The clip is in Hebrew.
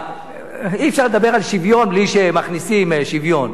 אי-אפשר לדבר על שוויון בלי שמכניסים שוויון,